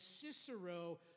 Cicero